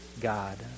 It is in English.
God